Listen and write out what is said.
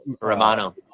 Romano